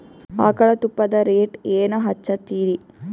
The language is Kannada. ಆಕಳ ತುಪ್ಪದ ರೇಟ್ ಏನ ಹಚ್ಚತೀರಿ?